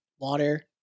water